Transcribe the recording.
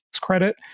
credit